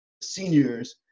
seniors